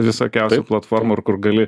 visokiausių platformų ir kur gali